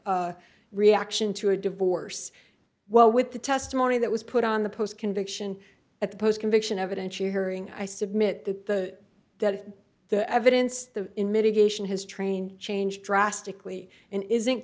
reaction to a divorce well with the testimony that was put on the post conviction at the post conviction evidence you hearing i submit that the that the evidence the in mitigation has trained changed drastically and isn't